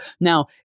Now